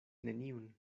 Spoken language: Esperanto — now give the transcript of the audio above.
neniun